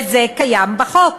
וזה קיים בחוק.